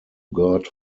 god